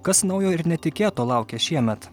kas naujo ir netikėto laukia šiemet